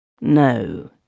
No